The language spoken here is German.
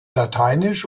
lateinisch